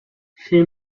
she